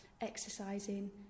exercising